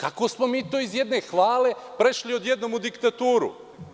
Kako smo mi to iz jedne hvale prešli odjednom u diktaturu?